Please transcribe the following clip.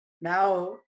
now